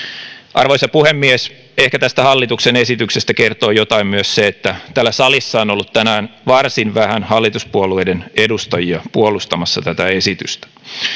arvoisa puhemies ehkä tästä hallituksen esityksestä kertoo jotain myös se että täällä salissa on ollut tänään varsin vähän hallituspuolueiden edustajia puolustamassa tätä esitystä